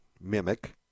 mimic